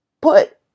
put